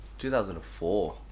2004